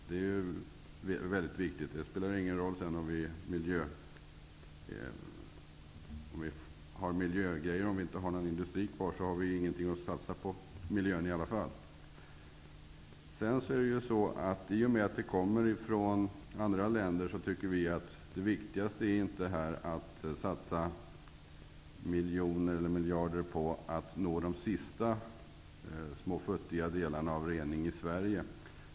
Det är väldigt viktigt att man har tillgång till billig energi. Om vi inte har någon industri kvar har vi ingenting att satsa på miljön i alla fall. I och med att föroreningarna kommer från andra länder tycker inte Ny demokrati att det viktigaste är att satsa miljoner eller miljarder på att nå de sista små futtiga delarna av rening i Sverige.